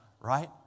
Right